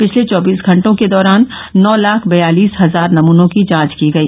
पिछले चौबीस घंटों के दौरान नौ लाख बयालिस हजार नमनों की जांच की गई